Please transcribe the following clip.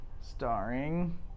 starring